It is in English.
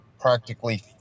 practically